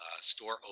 Store